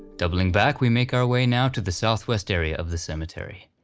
doubling back we make our way now to the southwest area of the cemetery.